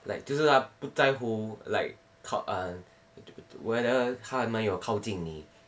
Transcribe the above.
like 就是他不在乎 like 靠 err whether 他们有靠近你